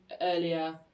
earlier